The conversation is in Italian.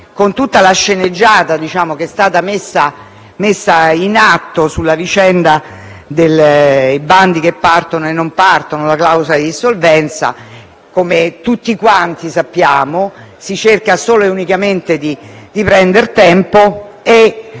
con tutta la sceneggiata che è stata messa in atto sulla vicenda dei bandi che partono e non partono e la clausola di dissolvenza, come tutti sappiamo, si cerca solo di prendere tempo.